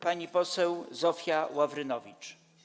Pani poseł Zofia Ławrynowicz.